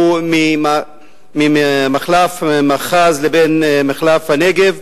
שהוא ממחלף מאחז עד מחלף הנגב,